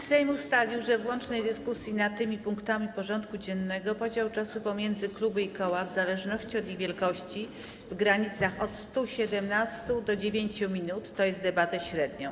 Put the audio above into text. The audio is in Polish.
Sejm ustalił w łącznej dyskusji nad tymi punktami porządku dziennego podział czasu pomiędzy kluby i koła, w zależności od ich wielkości, w granicach od 117 do 9 minut, tj. debatę średnią.